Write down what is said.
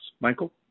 Michael